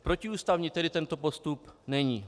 Protiústavní tedy tento postup není.